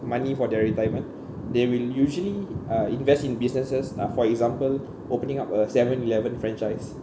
money for their retirement they will usually uh invest in businesses uh for example opening up a seven eleven franchise